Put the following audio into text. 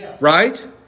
Right